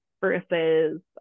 versus